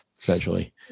Essentially